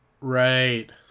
Right